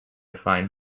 find